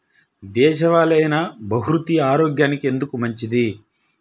దేశవాలి అయినా బహ్రూతి ఆరోగ్యానికి ఎందుకు మంచిది?